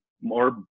more